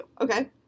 okay